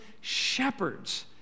shepherds